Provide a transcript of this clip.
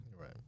right